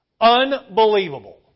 unbelievable